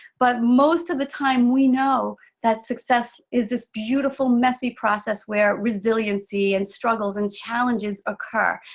but most of the time, we know that success is this beautiful messy process where resiliency, and struggles and challenges occur.